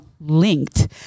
linked